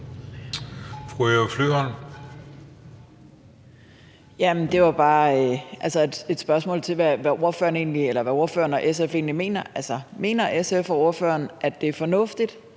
Det er bare et spørgsmål til ordføreren om, hvad ordføreren og SF egentlig mener. Altså, mener SF og ordføreren, at det er fornuftigt,